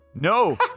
No